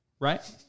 right